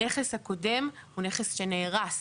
הכנס הקודם הוא נכס שנהרס